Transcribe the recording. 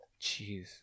Jeez